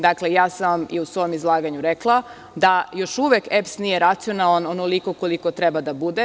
Dakle, ja sam vam i u svom izlaganju rekla da još uvek EPS nije racionalan onoliko koliko treba da bude.